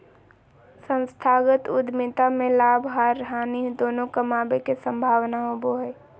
संस्थागत उद्यमिता में लाभ आर हानि दोनों कमाबे के संभावना होबो हय